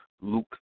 Luke